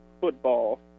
football